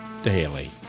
daily